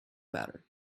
better